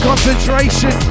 Concentration